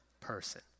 person